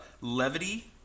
Levity